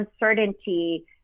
uncertainty